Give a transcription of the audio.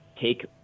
take